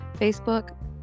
Facebook